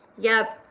yep.